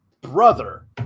brother